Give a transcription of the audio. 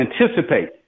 anticipate